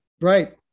right